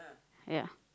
ya